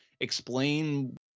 explain